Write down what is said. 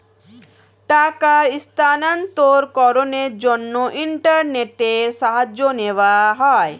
টাকার স্থানান্তরকরণের জন্য ইন্টারনেটের সাহায্য নেওয়া হয়